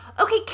Okay